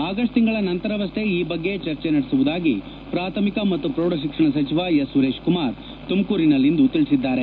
August ತಿಂಗಳ ನಂತರವಷ್ಟೇ ಈ ಬಗ್ಗೆ ಚರ್ಚೆ ನಡೆಸುವುದಾಗಿ ಪ್ರಾಥಮಿಕ ಮತ್ತು ಪ್ರೌಢಶಿಕ್ಷಣ ಸಚಿವ ಎಸ್ಸುರೇಶ್ಕುಮಾರ್ ತುಮಕೂರಿನಲ್ಲಿಂದು ತಿಳಿಸಿದ್ದಾರೆ